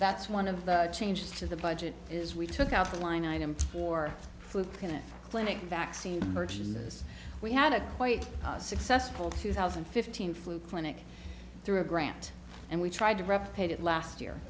that's one of the changes to the budget is we took out the line item for clinic vaccine version this we had a quite successful two thousand and fifteen flu clinic through a grant and we tried to replicate it last year